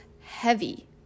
heavy